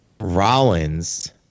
Rollins